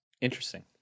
Interesting